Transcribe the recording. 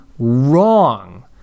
Wrong